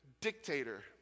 dictator